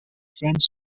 french